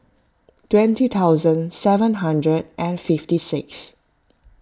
twenty thousand seven hundred and fifty six